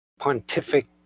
pontific